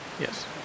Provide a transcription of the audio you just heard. Yes